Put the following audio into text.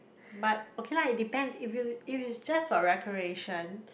but okay lah it depends if it's if it's just for recreation